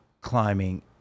climbing